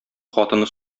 хатыны